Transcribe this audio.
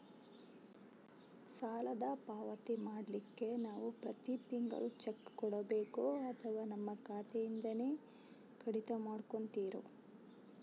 ಸಾಲದ ಮರುಪಾವತಿ ಮಾಡ್ಲಿಕ್ಕೆ ನಾವು ಪ್ರತಿ ತಿಂಗಳು ಚೆಕ್ಕು ಕೊಡಬೇಕೋ ಅಥವಾ ನಮ್ಮ ಖಾತೆಯಿಂದನೆ ಕಡಿತ ಮಾಡ್ಕೊತಿರೋ?